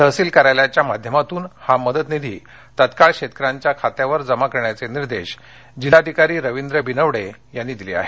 तहसील कार्यालयाच्या माध्यमातून हा मदत निधी तत्काळ शेतकऱ्यांच्या खात्यावर जमा करण्याचे निर्देश जिल्हाधिकारी रवींद्र बिनवडे यांनी दिले आहेत